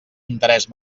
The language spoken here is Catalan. interés